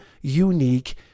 unique